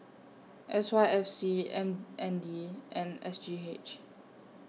S Y F C M N D and S G H